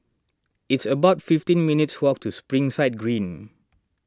it's about fifteen minutes' walk to Springside Green